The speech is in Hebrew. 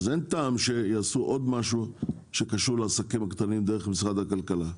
אין טעם שיעשו עוד משהו שקשור לעסקים קטנים דרך משרד הכלכלה.